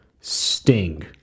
Sting